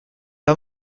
pas